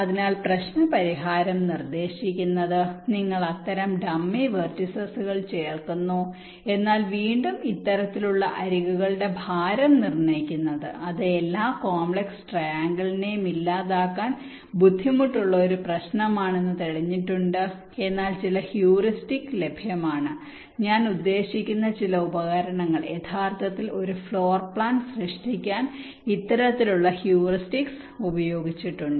അതിനാൽ പ്രശ്ന പരിഹാരം നിർദ്ദേശിക്കുന്നത് നിങ്ങൾ അത്തരം ഡമ്മി വെർട്ടീസുകൾ ചേർക്കുന്നു എന്നാൽ വീണ്ടും ഇത്തരത്തിലുള്ള അരികുകളുടെ ഭാരം നിർണ്ണയിക്കുന്നത് അത് എല്ലാ കോംപ്ലക്സ് ട്രൈആംഗിളെയും ഇല്ലാതാക്കാൻ ബുദ്ധിമുട്ടുള്ള ഒരു പ്രശ്നമാണെന്ന് തെളിഞ്ഞിട്ടുണ്ട് എന്നാൽ ചില ഹ്യൂറിസ്റ്റിക്സ് ലഭ്യമാണ് ഞാൻ ഉദ്ദേശിക്കുന്ന ചില ഉപകരണങ്ങൾ യഥാർത്ഥത്തിൽ ഒരു ഫ്ലോർ പ്ലാൻ സൃഷ്ടിക്കാൻ ഇത്തരത്തിലുള്ള ഹ്യൂറിസ്റ്റിക്സ് ഉപയോഗിച്ചിട്ടുണ്ട്